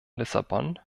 lissabon